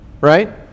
right